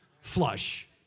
Flush